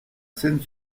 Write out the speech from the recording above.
seyne